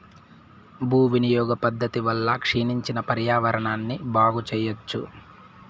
భూ వినియోగ పద్ధతి వల్ల క్షీణించిన పర్యావరణాన్ని బాగు చెయ్యచ్చు